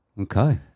Okay